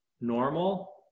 normal